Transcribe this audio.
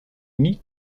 nie